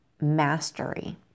Mastery